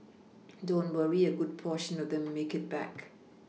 don't worry a good portion of them make it back